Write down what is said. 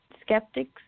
skeptics